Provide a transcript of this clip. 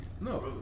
No